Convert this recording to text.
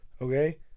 Okay